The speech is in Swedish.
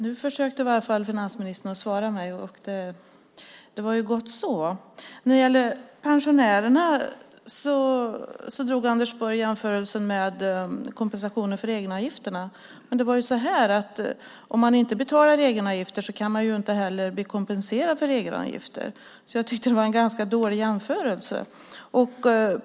Herr talman! Nu försökte finansministern i alla fall att ge mig ett svar. Det var gott så. När det gäller pensionärerna gjorde Anders Borg en jämförelse med kompensationen för egenavgifterna. Men om man inte betalar egenavgifter kan man inte heller bli kompenserad för egenavgifter. Jag tycker därför att det var en ganska dålig jämförelse.